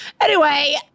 Anyway-